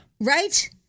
Right